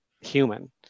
human